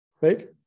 right